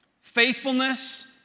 faithfulness